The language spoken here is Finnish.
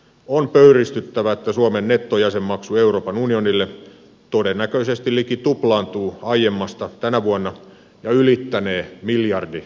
on pöyristyttävää että suomen nettojäsenmaksu euroopan unionille todennäköisesti liki tuplaantuu aiemmasta tänä vuonna ja ylittänee miljardi euroa